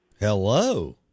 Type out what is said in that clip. Hello